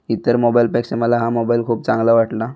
इतर मोबाईलपेक्षा हा मोबाईल मला खूप चांगला वाटला